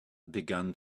began